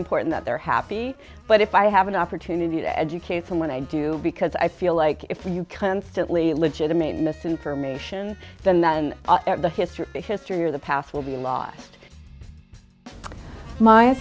important that they're happy but if i have an opportunity to educate someone i do because i feel like if you constantly legitimating this information then then the history the history or the past will be lost my